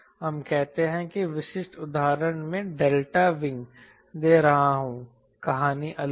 हम कहते हैं कि विशिष्ट उदाहरण मैं डेल्टा विंग दे रहा हूं कहानी अलग है